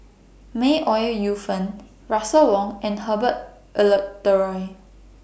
May Ooi Yu Fen Russel Wong and Herbert Eleuterio